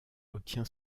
obtient